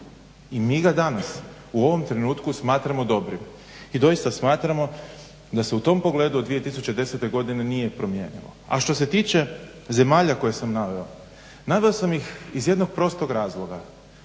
i mi ga danas u ovom trenutku smatramo dobrim. I doista smatramo da se u tom pogledu od 2010. godine nije promijenilo a što se tiče zemalja koja sam naveo. Naveo sam ih iz jednog prostog razloga,